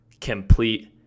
complete